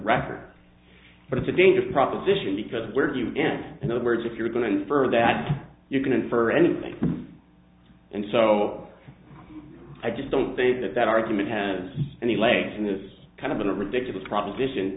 reference but it's a dangerous proposition because where do you end the words if you're going to infer that you can infer anything and so i just don't think that that argument has any legs in this kind of a ridiculous proposition